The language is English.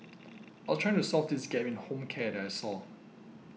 I was trying to solve this gap in a home care that I saw